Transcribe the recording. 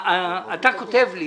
אתה כותב לי